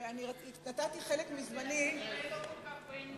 את כנראה לא כל כך בעניין,